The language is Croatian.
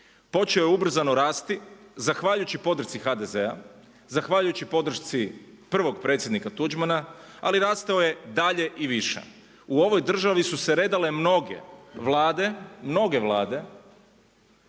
Počeo je ubrzano rasti zahvaljujući podršci HDZ-a, zahvaljujući podršci prvog predsjednika Tuđmana ali rastao je dalje i više. U ovoj državi su se redale mnoge Vlade, mnoge Vlade